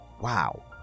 Wow